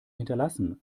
hinterlassen